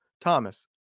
Thomas